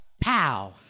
Pow